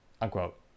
Unquote